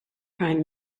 prime